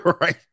Right